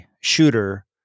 shooter